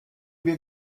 wir